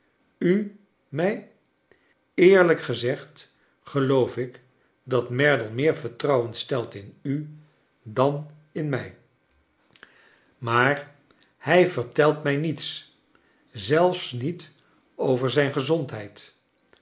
u mij eerlijk gezegd geloof ik dat merdle meer vertrouwen stelt in u dan in mij maar hij vertelt mij niets zelfs niet over zijn gezondheid